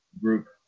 group